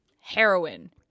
heroin